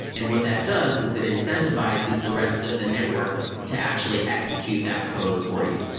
and what that does is it incentivizes the rest of the network to actually execute that code for you.